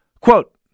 Quote